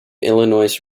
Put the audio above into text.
illinois